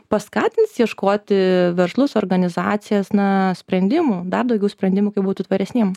paskatins ieškoti verslus organizacijas na sprendimų dar daugiau sprendimų kaip būti tvaresniem